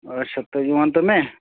اچھا تُہۍ وَنتو مےٚ